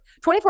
24